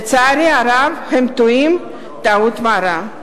לצערי הרב הם טועים טעות מרה.